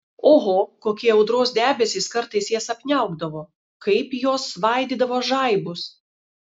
oho kokie audros debesys kartais jas apniaukdavo kaip jos svaidydavo žaibus